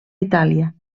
itàlia